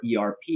erp